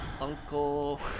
Uncle